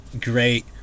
great